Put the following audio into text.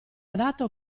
adatto